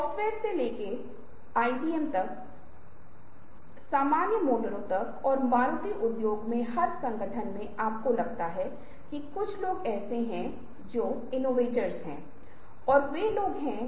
उपमा मैंने पहले ही चर्चा की है और स्कीमायोजना वह है जहां आपके पास एक विशेष फ्रेम का काम है और आप इसका उपयोग करते हैं जिसका अर्थ है कि आप उन चीजों को कैसे सीखते हैं और जो कि विवादास्पद सोच है